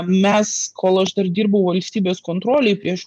mes kol aš dar dirbau valstybės kontrolėj prieš